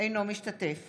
אינו משתתף